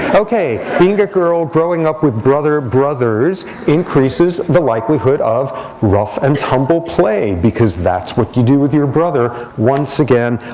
ok, being a girl growing up with brother brothers increases the likelihood of rough and tumble play, because that's what you do with your brother once again,